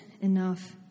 enough